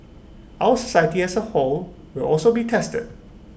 our society as A whole will also be tested